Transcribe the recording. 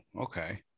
okay